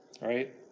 right